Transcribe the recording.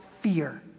fear